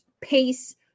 pace